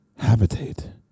habitate